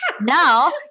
now